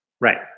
Right